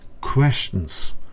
questions